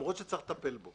צריך לטפל בו